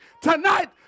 tonight